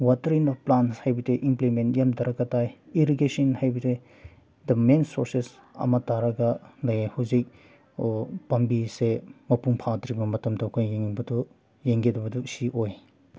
watering the plants ꯍꯥꯏꯕꯗꯤ implement ꯌꯥꯝ ꯗꯔꯀꯥꯔ ꯇꯥꯏ ꯏꯔꯤꯒꯦꯁꯟ ꯍꯥꯏꯕꯗꯤ ꯗ ꯃꯦꯟ ꯁꯣꯔꯁꯦꯁ ꯑꯃ ꯇꯥꯔꯒ ꯂꯩꯌꯦ ꯍꯧꯖꯤꯛ ꯄꯥꯝꯕꯤꯁꯦ ꯃꯄꯨꯡ ꯐꯥꯗ꯭ꯔꯤꯕ ꯃꯇꯝꯗ ꯑꯩꯈꯣꯏ ꯌꯦꯡꯕꯗꯨ ꯌꯦꯡꯒꯗꯕꯗꯨ ꯁꯤ ꯑꯣꯏ